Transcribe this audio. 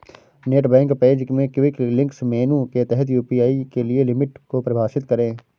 net bank page में quick links menu के तहत यू.पी.आई के लिए लिमिट को परिभाषित करें